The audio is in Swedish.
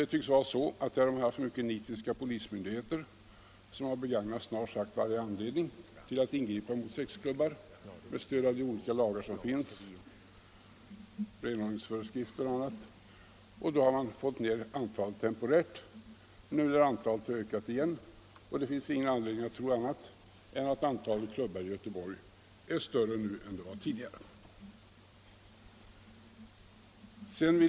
Det tycks vara så att man där haft mycket nitiska polismyndigheter som begagnat snart sagt varje anledning till att ingripa mot sexklubbar med stöd av de olika lagar som finns, renhållningsföreskrifter och annat. Därigenom har man temporärt fått ned antalet sexklubbar. Nu lär antalet ha ökat igen, och det finns ingen anledning att tro annat än att antalet klubbar i Göteborg nu är större än tidigare.